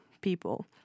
people